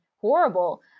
horrible